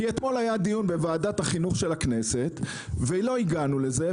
כי אתמול היה דיון בוועדת החינוך של הכנסת ולא הגענו לזה,